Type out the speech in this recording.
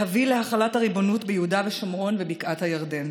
להביא להחלת הריבונות ביהודה ושומרון ובקעת הירדן